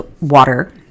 water